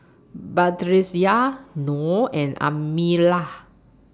Batrisya Nor and Amirah